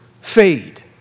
fade